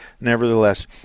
Nevertheless